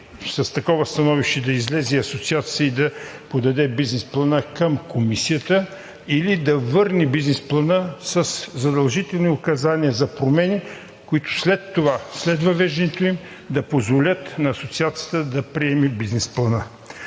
с такова становище да излезе Асоциацията и да подаде бизнес плана към Комисията, или да върне бизнес плана със задължителни указания за промени, които след това – след въвеждането им, да позволят на Асоциацията да приеме бизнес плана.